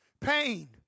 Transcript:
pain